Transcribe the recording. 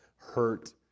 hurt